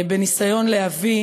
בניסיון להביא